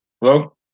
Hello